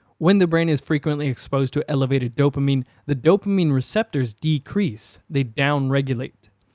when the brain is frequently exposed to elevated dopamine, the dopamine receptors decrease they downregulate.